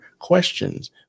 questions